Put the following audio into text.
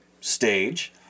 stage